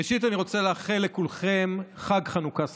ראשית אני רוצה לאחל לכולכם חג חנוכה שמח.